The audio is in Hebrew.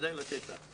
כדאי לתת לה לדבר.